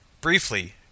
Briefly